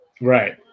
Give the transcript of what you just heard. right